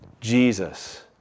Jesus